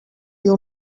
you